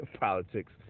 politics